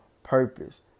purpose